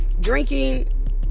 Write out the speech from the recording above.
Drinking